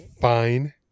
fine